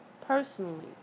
personally